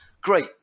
Great